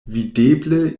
videble